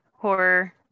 horror